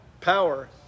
Power